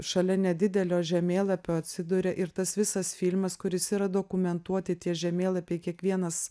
šalia nedidelio žemėlapio atsiduria ir tas visas filmas kuris yra dokumentuoti tie žemėlapiai kiekvienas